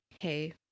Hey